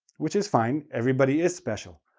which is fine. everybody is special,